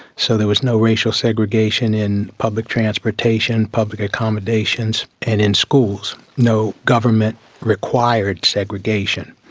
so there was no racial segregation in public transportation, public accommodations and in schools, no government required segregation.